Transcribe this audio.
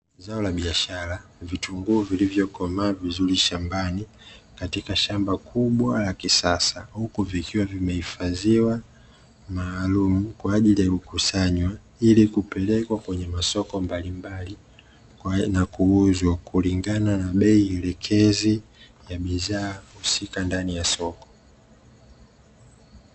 Zao la biashara, vitunguu vilivyokomaa vizuri shambani katika shamba kubwa la kisasa. Huku vikiwa vimehifadhiwa maalumu kwa ajili ya kukusanywa ili kupelekwa kwenye masoko mbalimbali na kuuzwa kulingana na bei elekezi ya bidhaa husika ndani ya soko.